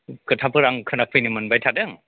खोथाफोर आं खोनाफैनो मोनबाय थादों